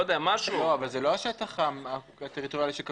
לא, אבל זה לא השטח הטריטוריאלי של קפריסין.